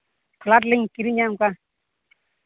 flat ᱞᱤᱧ ᱠᱤᱨᱤᱧᱟ ᱚᱱᱠᱟ